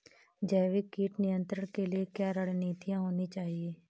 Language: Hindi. जैविक कीट नियंत्रण के लिए क्या रणनीतियां होनी चाहिए?